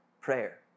prayer